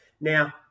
Now